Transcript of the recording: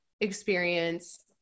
experience